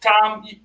Tom